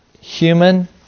Human